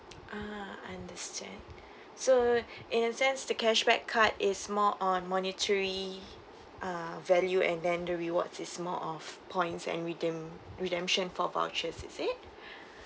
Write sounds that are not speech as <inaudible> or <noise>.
ah understand <breath> so <breath> in that sense the cashback card is more on monitory uh value and then the rewards is more of points and redeem redemption for vouchers is it <breath>